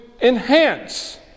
enhance